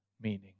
meaning